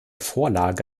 vorlage